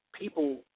people